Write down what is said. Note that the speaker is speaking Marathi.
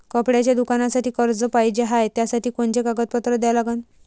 कपड्याच्या दुकानासाठी कर्ज पाहिजे हाय, त्यासाठी कोनचे कागदपत्र द्या लागन?